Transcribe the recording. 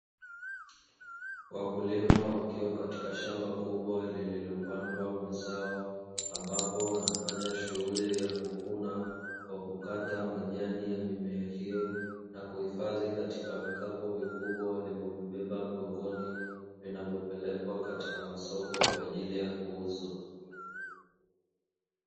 Wakulima wakiwa katika shamba kubwa lililopandwa mazao, ambapo wanafanya shughuli ya kuvuna kwa kukata majani ya mimea hiyo na kuhifadhi katika vikapu vikubwa walivyobeba mgongoni, vinavyopelekwa katika masoko kwa ajili ya kuuzwa.